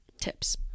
tips